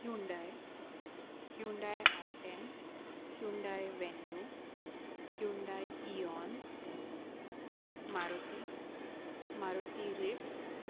Hyundai Hyundai I ten Hyundai venue Hyundai eon Maruti Maruti ritz